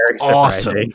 awesome